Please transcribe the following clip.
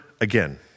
again